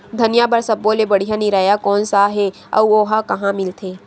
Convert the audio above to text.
धनिया बर सब्बो ले बढ़िया निरैया कोन सा हे आऊ ओहा कहां मिलथे?